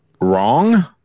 wrong